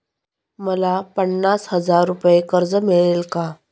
मला पन्नास हजार रुपये कर्ज मिळेल का?